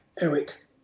Eric